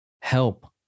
help